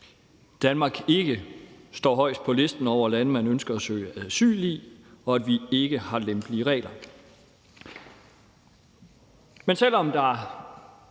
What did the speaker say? Danmark ikke står højest på listen over lande, man ønsker at søge asyl i, og at vi ikke har lempelige regler. Men selv om der